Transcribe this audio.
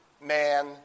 man